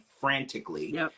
frantically